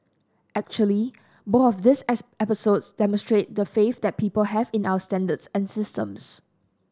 actually both of these episodes demonstrate the faith that people have in our standards and systems